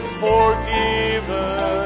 forgiven